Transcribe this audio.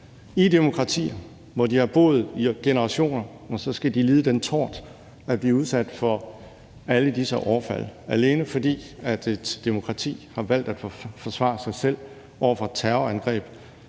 I demokratier, hvor de har boet i generationer, skal de lide den tort at blive udsat for alle disse overfald, alene fordi et demokrati har valgt at forsvare sig selv over for terrorangreb